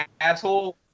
Asshole